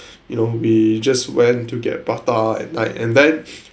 you know we just went to get a prata at night and then